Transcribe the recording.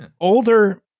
older